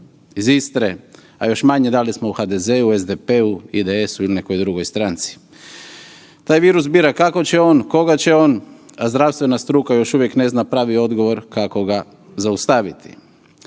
iz Istre, a još manje da li smo u HDZ-u, SDP-u, IDS-u ili nekoj drugoj stranci. Taj virus bira kako će on, koga će on, a zdravstvena struka još uvijek ne zna pravi odgovor kako ga zaustaviti.